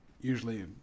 usually